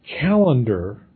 calendar